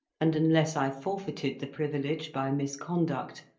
and, unless i forfeited the privilege by misconduct,